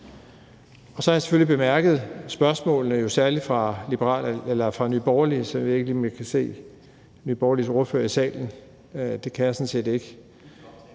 Så har jeg selvfølgelig bemærket spørgsmålene, særlig fra Nye Borgerlige. Jeg ved ikke, om jeg kan se Nye Borgerliges ordfører i salen; det kan jeg sådan set ikke,